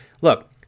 Look